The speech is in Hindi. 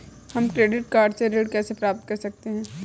हम क्रेडिट कार्ड से ऋण कैसे प्राप्त कर सकते हैं?